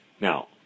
Now